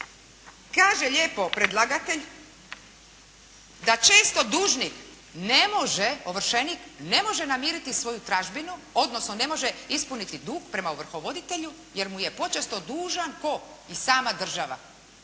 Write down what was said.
Kaže lijepo predlagatelj da često dužnik ne može, ovršenik ne može namiriti svoju tražbinu, odnosno ne može ispuniti dug prema ovrhovoditelju jer mu je počesto dužan kao i sama država.